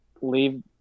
leave